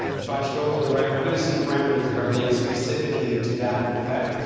if i scroll to the right, i'm going to see parameters that are linked specifically to that effect.